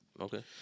Okay